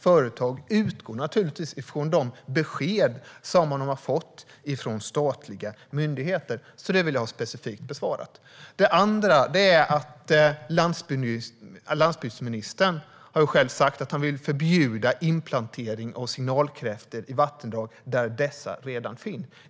Företag utgår naturligtvis från de besked som de har fått från statliga myndigheter. Det här vill jag ha specifikt besvarat. Landsbygdsministern har själv sagt att han vill förbjuda inplantering av signalkräftor i vattendrag där dessa redan finns.